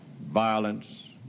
violence